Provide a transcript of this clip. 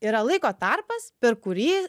yra laiko tarpas per kurį